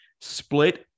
split